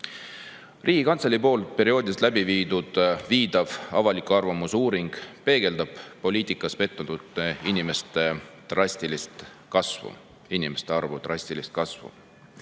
Riigikantselei poolt perioodiliselt läbiviidav avaliku arvamuse uuring peegeldab poliitikas pettunud inimeste arvu drastilist kasvu.